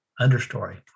understory